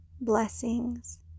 Blessings